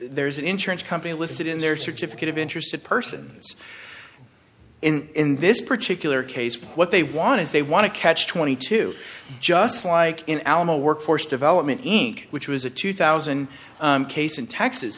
there's an insurance company listed in there certificate of interested persons in this particular case but what they want is they want to catch twenty two just like in alamo workforce development which was a two thousand case in t